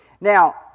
now